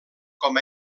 com